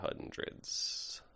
hundreds